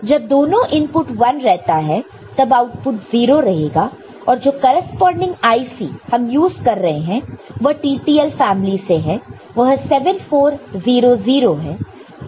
जब दोनों इनपुट 1 रहता है तब आउटपुट 0 रहेगा और जो करेस्पॉन्डिंग IC हम यूज कर रहे हैं वह TTL फैमिली से है और वह 7400 है